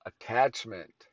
attachment